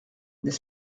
n’est